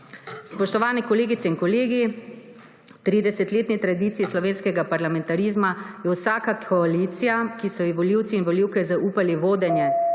Spoštovani kolegice in kolegi, v 30-letni tradiciji slovenskega parlamentarizma je vsaka koalicija, ki so ji volivci in volivke zaupali vodenje